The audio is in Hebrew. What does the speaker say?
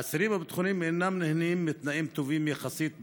האסירים הביטחוניים אינם נהנים מתנאים טובים יחסית בכלא.